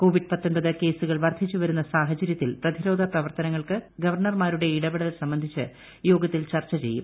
Covid കേസുകൾ വർദ്ധിച്ചു വരുന്ന സാഹചര്യത്തിൽ പ്രതിരോധ പ്രവർത്തനങ്ങൾക്ക് ഗവർണർമാരുടെ ഇടപെടൽ സംബന്ധിച്ച് യോഗത്തിൽ ചർച്ച ചെയ്യും